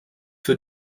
für